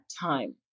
time